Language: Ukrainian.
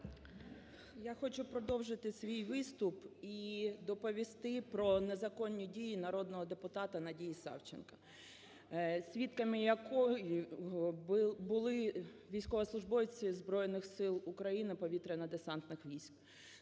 Я хочу продовжити свій виступ і доповісти про незаконні дії народного депутата Надії Савченко, свідками якої були військовослужбовці Збройних Сил України повітряно-десантних військ.